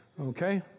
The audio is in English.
Okay